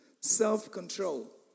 self-control